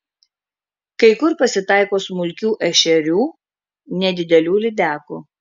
kai kur pasitaiko smulkių ešerių nedidelių lydekų